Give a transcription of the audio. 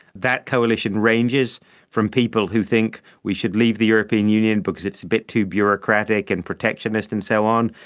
that coalition ranges from people who think we should leave the european union because it is a bit too bureaucratic and protectionist and so on,